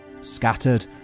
scattered